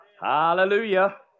Hallelujah